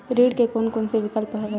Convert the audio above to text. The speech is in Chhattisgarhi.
ऋण के कोन कोन से विकल्प हवय?